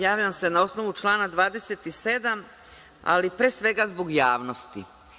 Javljam se na osnovu člana 27, ali pre svega zbog javnosti.